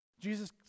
Jesus